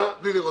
מה ההערות?